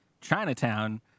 Chinatown